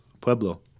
Pueblo